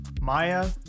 Maya